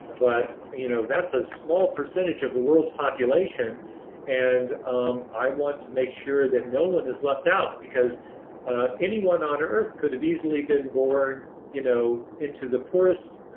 but you know that's a small percentage of the world's population and um i want to make sure that no one is left out. because anyone on earth could have easily been born you know into the poorest,